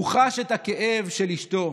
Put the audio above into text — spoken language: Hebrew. הוא חש את הכאב של אשתו.